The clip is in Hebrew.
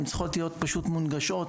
הן צריכות להיות פשוט מונגשות,